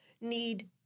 need